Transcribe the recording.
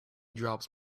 drops